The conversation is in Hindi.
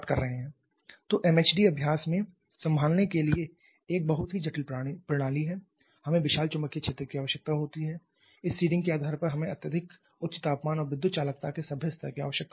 तो एमएचडी अभ्यास में संभालने के लिए एक बहुत ही जटिल प्रणाली है हमें विशाल चुंबकीय क्षेत्र की आवश्यकता होती है इस सीडिंग के आधार पर हमें अत्यधिक उच्च तापमान और विद्युत चालकता के सभ्य स्तर की आवश्यकता होती है